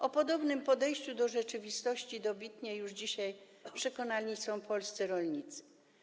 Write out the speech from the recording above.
O podobnym podejściu do rzeczywistości dobitnie już dzisiaj przekonani są polscy rolnicy.